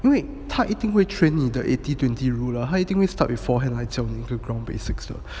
因为他一定会 train 你的 eighty twenty rule lah 他一定会 start with forehand 来教你那些 ground basics the